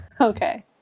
Okay